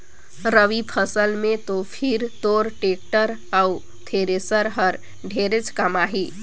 रवि फसल मे तो फिर तोर टेक्टर अउ थेरेसर हर ढेरेच कमाही